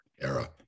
era